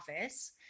office